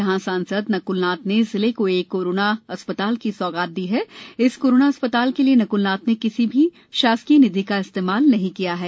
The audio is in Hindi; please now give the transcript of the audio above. यहाँ सांसद नक्लनाथ ने जिले को एक कोरोना अस्पताल की सौगात दी है इस कोरोना अस्पताल के लिये नक्लनाथ ने किसी शासकीय निधि का इस्तेमाल नहीं किया है